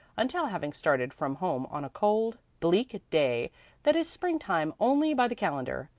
until having started from home on a cold, bleak day that is springtime only by the calendar,